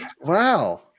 wow